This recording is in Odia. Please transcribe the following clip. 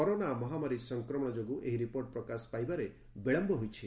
କରୋନା ମହାମାରୀ ସଂକ୍ରମଣ ଯୋଗୁଁ ଏହି ରିପୋର୍ଟ ପ୍ରକାଶ ପାଇବାରେ ବିଳମ୍ୟ ହୋଇଛି